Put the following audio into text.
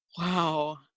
Wow